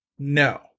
No